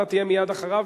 אתה תהיה מייד אחריו.